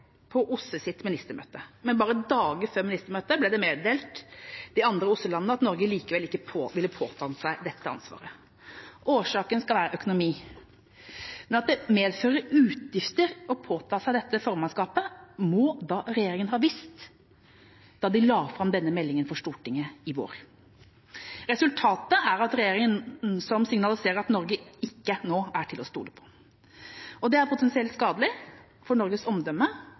på OSSEs ministermøte, men bare dager før ministermøtet ble det meddelt de andre OSSE-landene at Norge likevel ikke ville påta seg dette ansvaret. Årsaken skal være økonomi. Men at det medfører utgifter å påta seg dette formannskapet må da regjeringa ha visst da den la fram denne meldinga for Stortinget i fjor vår. Resultatet er en regjering som signaliserer at Norge nå ikke er til å stole på, og det er potensielt skadelig for Norges omdømme